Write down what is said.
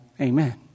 amen